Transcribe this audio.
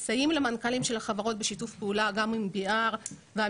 אנחנו מסייעים למנכ"לים של חברות בשיתוף פעולה גם עם המגזר העסקי